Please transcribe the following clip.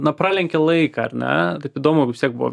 na pralenkia laiką ar ne taip įdomu vis tiek buvo